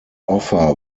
offer